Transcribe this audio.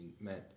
meant